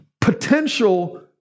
potential